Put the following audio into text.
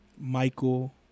Michael